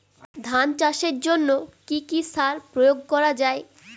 ধান চাষের জন্য কি কি সার প্রয়োগ করা য়ায়?